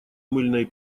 мыльной